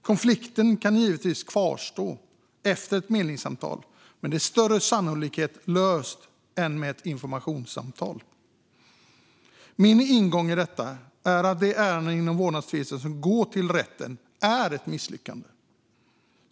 Konflikten kan givetvis kvarstå efter ett medlingssamtal, men det är större sannolikhet att den blir löst på det sättet än genom ett informationssamtal. Min ingång i detta är att de ärenden inom vårdnadstvister som går till rätten är ett misslyckande.